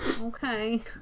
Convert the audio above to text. Okay